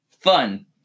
Fun